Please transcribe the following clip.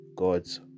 God's